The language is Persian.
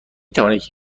توانید